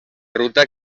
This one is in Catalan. ruta